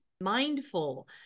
mindful